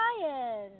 Ryan